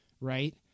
right